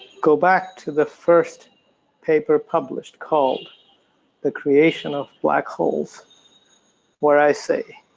go back to the first paper published called the creation of black holes' where i say,